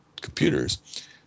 computers